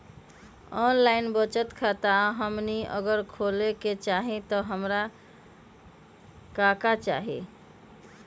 Online बचत खाता हमनी अगर खोले के चाहि त हमरा का का चाहि?